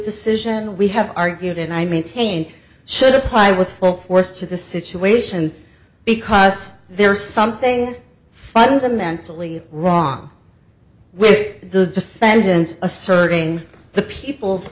decision we have argued and i maintain should apply with full force to the situation because there is something fundamentally wrong with the defendant asserting the people's